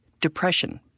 depression